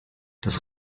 das